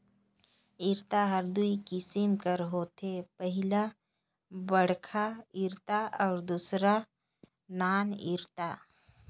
इरता हर दूई किसिम कर होथे पहिला बड़खा इरता अउ दूसर नान इरता